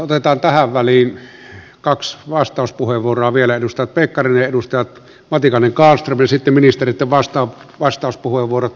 otetaan tähän väliin kaksi vastauspuheenvuoroa vielä edustajat pekkarinen ja matikainen kallström ja sitten ministereitten vastauspuheenvuorot ja sitten debatti jatkuu